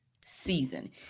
season